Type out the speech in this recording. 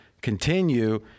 continue